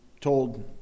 told